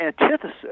antithesis